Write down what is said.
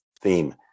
theme